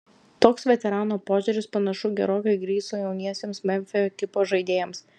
toks veterano požiūris panašu gerokai įgriso jauniesiems memfio ekipos žaidėjams